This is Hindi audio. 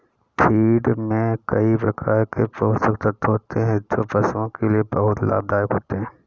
फ़ीड में कई प्रकार के पोषक तत्व होते हैं जो पशुओं के लिए बहुत लाभदायक होते हैं